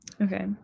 Okay